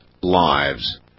lives